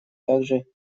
также